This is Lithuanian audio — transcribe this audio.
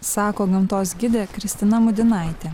sako gamtos gidė kristina mudinaitė